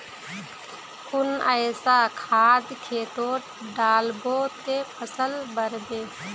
कुन ऐसा खाद खेतोत डालबो ते फसल बढ़बे?